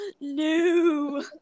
no